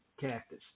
Cactus